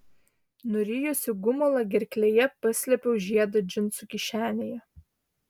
nurijusi gumulą gerklėje paslėpiau žiedą džinsų kišenėje